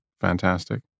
fantastic